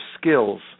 skills